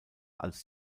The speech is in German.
als